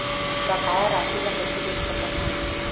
बकाया राशि ला कइसे देख सकत हान?